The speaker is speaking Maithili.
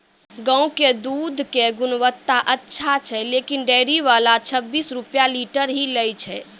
गांव के दूध के गुणवत्ता अच्छा छै लेकिन डेयरी वाला छब्बीस रुपिया लीटर ही लेय छै?